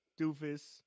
doofus